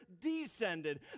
descended